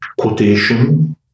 quotation